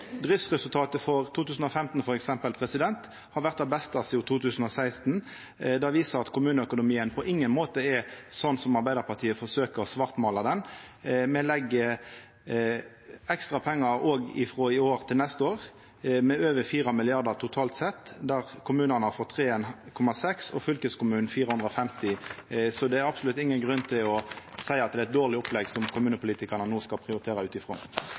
Driftsresultatet for 2015 har f.eks. vore det beste sidan 2006. Det viser at kommuneøkonomien på ingen måte er sånn som Arbeidarpartiet forsøkjer å svartmåla han. Me legg òg inn ekstra pengar frå i år til neste år, med over 4 mrd. kr totalt sett, der kommunane har fått 3,6 mrd. kr og fylkeskommunane 450 mill. kr. Så det er absolutt ingen grunn til å seia at det er eit dårleg opplegg som kommunepolitikarane no skal prioritera ut